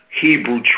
Hebrew